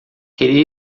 queria